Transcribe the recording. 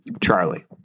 Charlie